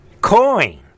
coin